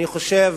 אני חושב,